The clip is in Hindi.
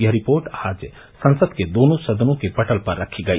यह रिपोर्ट आज संसद के दोनों सदनों के पटल पर रखी गई